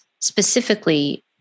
specifically